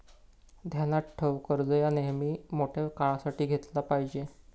ध्यानात ठेव, कर्ज ह्या नेयमी मोठ्या काळासाठी घेतला पायजे